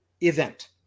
event